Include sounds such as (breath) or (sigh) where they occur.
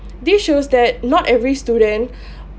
this shows that not every student (breath)